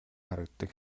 харагддаг